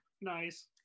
Nice